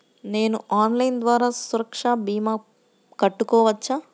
నేను ఆన్లైన్ ద్వారా సురక్ష భీమా కట్టుకోవచ్చా?